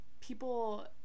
people